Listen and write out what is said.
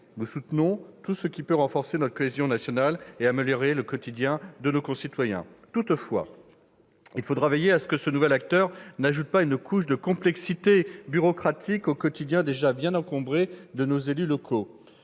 Nous soutenons tout ce qui peut renforcer notre cohésion nationale et améliorer le quotidien de nos concitoyens. Toutefois, il faudra veiller à ce que ce nouvel acteur n'ajoute pas une couche de complexité bureaucratique au quotidien déjà bien encombré des élus locaux.